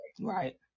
Right